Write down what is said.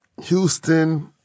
Houston